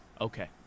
Okay